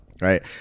right